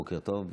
בוקר טוב.